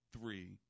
three